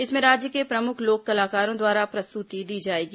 इसमें राज्य के प्रमुख लोक कलाकारों द्वारा प्रस्तुति दी जाएगी